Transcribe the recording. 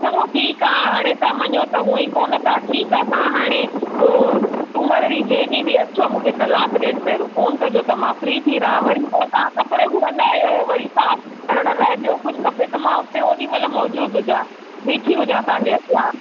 चङो ठीकु आहे हाणे तव्हां मञियो त उहा ई कोन था ठीकु आहे हाणे पोइ सूमरु ॾींहं जे ॾींहं भी अचो मूंखे कलाकु ॾेढु पहिरां फ़ोन कजो त मां फ्री थी रहां वरी पोइ तव्हां कपिड़ो घुरंदा आहियो वरी साफ़ु करण लाए ॿियो कुझु खपे त मां उते ओॾी महिल मौज़ूदु हुजां बीठी हुजां तव्हांजे अॻियां